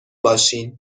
باشین